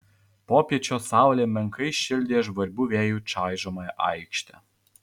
popiečio saulė menkai šildė žvarbių vėjų čaižomą aikštę